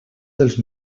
dels